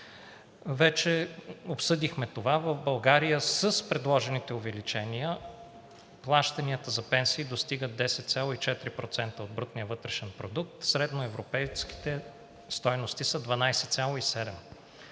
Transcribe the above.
вече обсъдихме това. В България, с предложените увеличения, плащанията за пенсии достигат 10,4% от брутния вътрешен продукт, средноевропейските стойности са 12,7%.